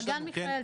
מעגן מיכאל, תרשום.